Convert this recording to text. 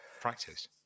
practice